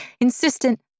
insistent